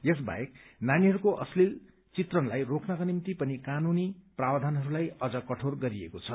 यस बाहेक नानीहरूको अश्लील चित्रणलाई रोक्नका निम्ति पनि कानूनी प्रावधानहरूलाई अझ कठोर गरिएको छ